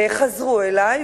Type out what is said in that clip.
חזרו אלי,